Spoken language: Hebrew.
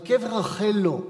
אבל קבר רחל, לא.